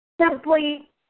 Simply